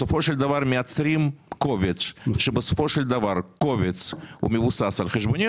בסופו של דבר מייצרים קובץ שבסופו של דבר קובץ הוא מבוסס על חשבוניות.